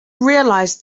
realized